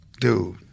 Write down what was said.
dude